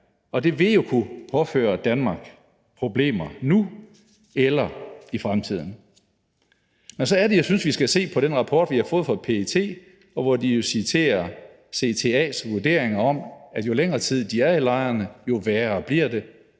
det vil jo kunne påføre Danmark problemer nu eller i fremtiden. Så er det, jeg synes, at vi skal se på den rapport, vi har fået fra PET, hvor de jo citerer CTA's vurderinger om, at jo længere tid de er i lejrene, jo værre bliver det,